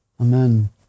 Amen